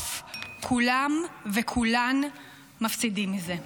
בסוף כולם וכולן מפסידים מזה.